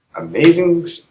Amazing